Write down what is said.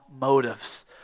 motives